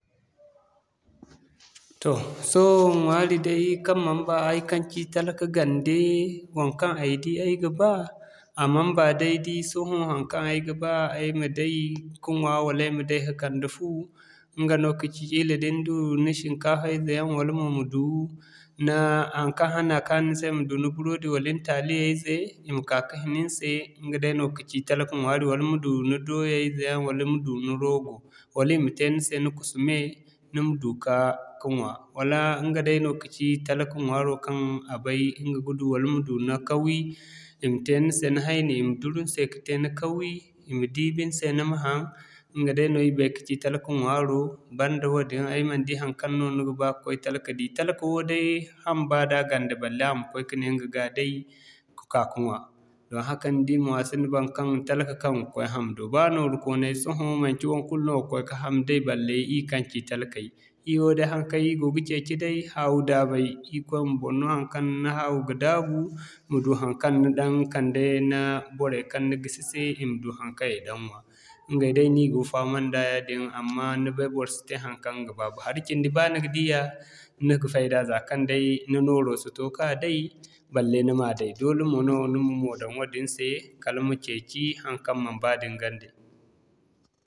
Toh sohõ ɲwaari day kaŋ man ba ay kaŋ ci talka gande, waŋkaŋ ay di ay ga ba, a man ba day di sohõ haŋkaŋ ay ga ba ay ma day ka ɲwa wala ay ma day ka'kande fu, ɲga no kaci Kila da ni du ni shinkafa ize yaŋ wala mo ma du, haŋkaŋ hane a kaani ni se ma du ni buredi wala ni taaliya ize i ma ka'ka hina ni se. Ɲga no kaci talka ɲwaari wala ma du ni dooya ize yaŋ wala ma du ni roogo wala i ma te ni se ni kusu mey, ni ma du ka, ka ɲwa wala ɲga day no kaci talka ɲwaaro kaŋ a bay ɲga ga du. Wala ma du ni kawi, i ma te ni se ni haini, i ma duru ni se ka te ni kawi, i ma diibi ni se ni ma haŋ ɲga day no ir bay kaci talka ɲwaaro. Banda wadin, ay man bay haŋkaŋ no ni ga ba ka'koy talka di, talka wooday ham ba da a gande balle a ma koy ka ne ɲga ga day ka'ka ka ɲwa. Zama haka ni di mo a sinda baŋkaŋ, talka kaŋ ga koy ham do baa nooru kooney sohõ manci baikulu no ga koy ka ham day balle ir kaŋ ci talkay. Ir wooday haŋkaŋ ir go ga ceeci haawu-daabay irikoyo ma bor no haŋkaŋ ni haawu ga daabu, ma du haŋkaŋ ni daŋ ka'kande ni boray kaŋ ni gisi se i ma du haŋkaŋ i ga ɲwa. Ɲgay day no ir go faama nda yaadin amma ni bay bor si te haŋkaŋ ɲga ga ba bo, hari cindi ba ni ga diya, ni ga fayda zaakaŋ day ni nooro si to ka day, balle ni ma day doole mono ni ma moo daŋ wadin se kala ma ceeci, haŋkaŋ man ba da ni gande.